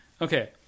Okay